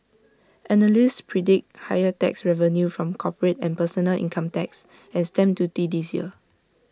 analysts predict higher tax revenue from corporate and personal income tax and stamp duty this year